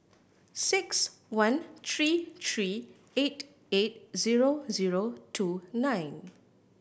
six one three three eight eight zero zero two nine